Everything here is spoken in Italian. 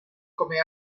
come